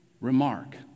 remark